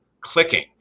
clicking